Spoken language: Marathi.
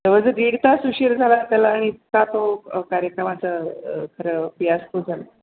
जवळजवळ दीड तास उशीर झाला त्याला आणि इतका तो कार्यक्रमाचा खरं केयॉस खूप झाला